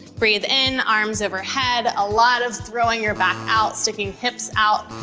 breathe in, arms over head, a lot of throwing your back out, sticking hips out,